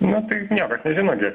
na tai niekas nežino gi